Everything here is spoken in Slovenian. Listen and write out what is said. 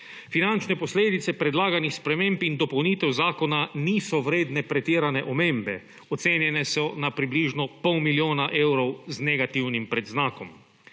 Finančne posledice predlaganih sprememb in dopolnitev zakona niso vredne pretirane omembe. Ocenjene so na približno pol milijona evrov, z negativnim predznakom.